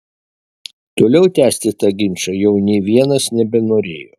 toliau tęsti tą ginčą jau nė vienas nebenorėjo